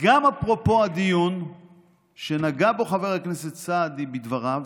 גם אפרופו הדיון שנגע בו חבר הכנסת סעדי, בדבריו,